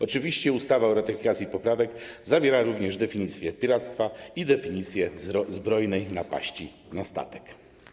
Oczywiście ustawa o ratyfikacji poprawek zawiera również definicję piractwa i definicję zbrojnej napaści na statek.